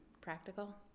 practical